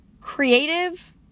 Creative